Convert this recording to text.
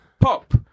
pop